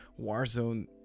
warzone